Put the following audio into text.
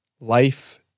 life